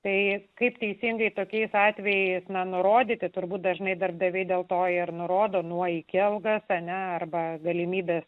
tai kaip teisingai tokiais atvejais nenurodyti turbūt dažnai darbdaviai dėl to ir nurodo nuo iki algas ane arba galimybes